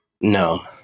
No